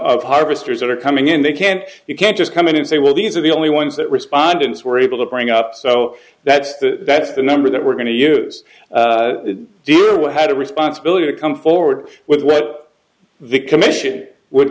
harvesters that are coming in they can't you can't just come in and say well these are the only ones that respondents were able to bring up so that's the that's the number that we're going to use do what had a responsibility to come forward with what the commission would